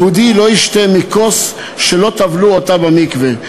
יהודי לא ישתה מכוס שלא טבלו אותה במקווה.